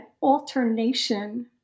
alternation